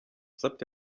flipped